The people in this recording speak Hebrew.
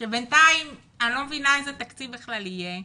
כשבינתיים אני לא מבינה איזה תקציב בכלל יהיה,